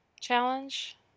challenge